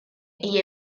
gli